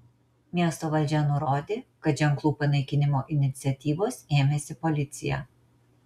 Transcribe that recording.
miesto valdžia nurodė kad ženklų panaikinimo iniciatyvos ėmėsi policija